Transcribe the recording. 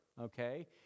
okay